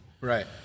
Right